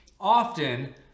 often